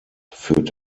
führt